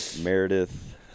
Meredith